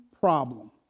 problem